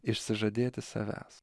išsižadėti savęs